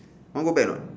want go back or not